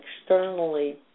externally